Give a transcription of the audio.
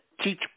teach